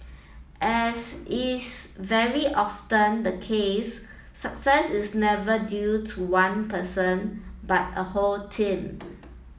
as is very often the case success is never due to one person but a whole team